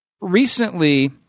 Recently